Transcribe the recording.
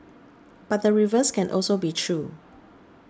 but the reverse can also be true